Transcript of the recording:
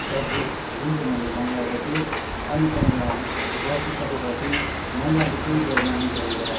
सब्जी जुन चाहिँ मैले मँगाएको थिएँ अनि त्यहाँनिर बसिसकेपछि मँगाएको केहीबेरमा नै त्यहाँनिर